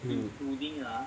hmm